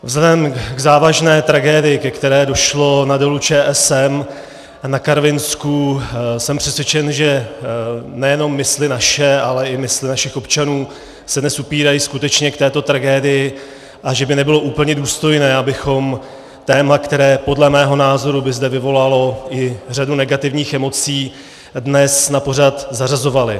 Vzhledem k závažné tragédie, ke které došlo na dolu ČSM na Karvinsku, jsem přesvědčen, že nejenom mysli naše, ale i mysli našich občanů se dnes upírají skutečně k této tragédii, a že by nebylo úplně důstojné, abychom téma, které by zde podle mého názoru vyvolalo i řadu negativních emocí, dnes na pořad zařazovali.